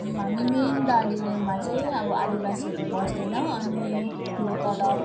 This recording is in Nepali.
हामी मेन दार्जिलिङमा चाहिँ अब आदिवासीहरू बस्दैन अनि यो तल